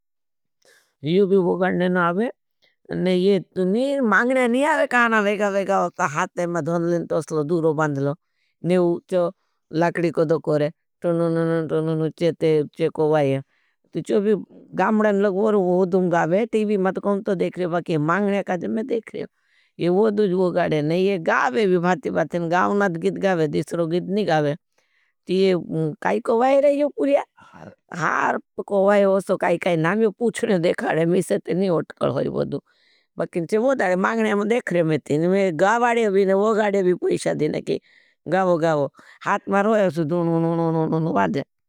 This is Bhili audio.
ना आवे मागने नी आवे तोसले तुनु तुनु तुनु। गावे टीवी मैं टी नहीं देखने गीत नी गावे कई कई गांव। नी गवा गवा हाथ मारो तुनु तुनु तुनु। यहाँ पर नहीं जाज़े पुला गॉर्बा, माता मैं दाधे, जाज़े गॉर्बा खेल लें, जाँ भोगाड़े, ती खोरा उठ्या बुठ्या, बुठ्या पाठ्या पाठ्या, ती ड्रोम कोबा एको है, काई-काई जहांदरान, काई-काई भोगाड़े। नई डोरो बादलो उच्चो बदहालो मैं देखरे भाती भाती गावे दीसरो गीत गावे नावे पुछनो नी गावो।